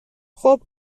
خوب